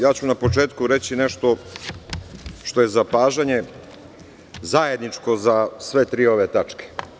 Ja ću na početku reći nešto što je zapažanje zajedničko za sve tri ove tačke.